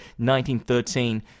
1913